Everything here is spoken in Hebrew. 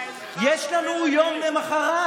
יש לנו יום למוחרת,